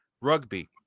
rugby